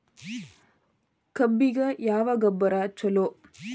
ಕಬ್ಬಿಗ ಯಾವ ಗೊಬ್ಬರ ಛಲೋ?